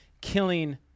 killing